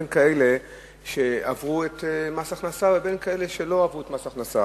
בין כאלה שעברו את מס הכנסה לכאלה שלא עברו את מס הכנסה.